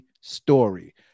story